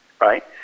right